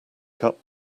cut